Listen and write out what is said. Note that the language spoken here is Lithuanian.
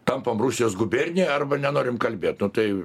tampam rusijos gubernija arba nenorim kalbėt nu tai